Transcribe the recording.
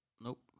Nope